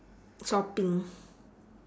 shopping